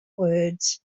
words